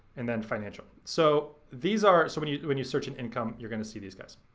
and then financial. so these are, so when you when you search in income you're gonna see these guys.